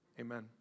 amen